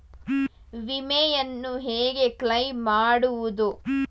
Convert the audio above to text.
ವಿಮೆಯನ್ನು ಹೇಗೆ ಕ್ಲೈಮ್ ಮಾಡುವುದು?